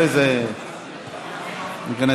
תודה,